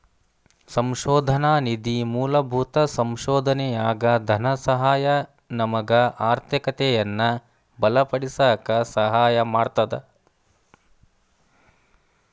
ಸಂಶೋಧನಾ ನಿಧಿ ಮೂಲಭೂತ ಸಂಶೋಧನೆಯಾಗ ಧನಸಹಾಯ ನಮಗ ಆರ್ಥಿಕತೆಯನ್ನ ಬಲಪಡಿಸಕ ಸಹಾಯ ಮಾಡ್ತದ